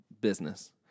business